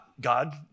God